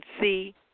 see